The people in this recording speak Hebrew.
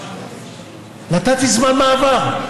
נתתי זמן מעבָר,